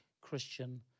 Christian